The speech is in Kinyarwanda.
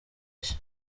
nshya